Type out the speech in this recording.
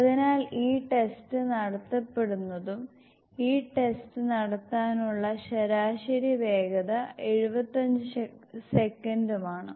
അതിനാൽ ഈ ടെസ്റ്റ് നടത്തപ്പെടുന്നതും ഈ ടെസ്റ്റ് നടത്താനുള്ള ശരാശരി വേഗത 75 സെക്കന്റുമാണ്